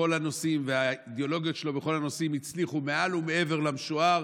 בכל הנושאים והאידיאולוגיות שלו בכל הנושאים הצליחו מעל ומעבר למשוער,